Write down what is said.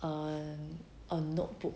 err mm a notebook